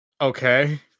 Okay